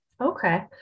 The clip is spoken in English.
Okay